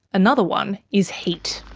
another one is heat.